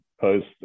Post